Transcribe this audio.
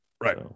Right